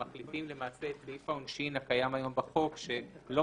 שמחליפים למעשה את סעיף העונשין הקיים היום בחוק שלא